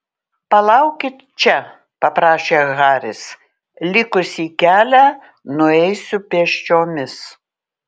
palaukit čia paprašė haris likusį kelią nueisiu pėsčiomis